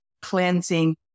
cleansing